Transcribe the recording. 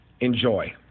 Enjoy